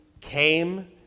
came